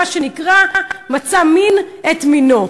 מה שנקרא: מצא מין את מינו.